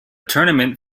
tournament